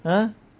!huh!